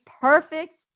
perfect